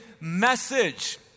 message